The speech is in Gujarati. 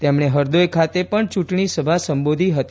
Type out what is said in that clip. તેમણે હરદોઇ ખાતે પણ ચૂંટણીસભા સંબોધી હતી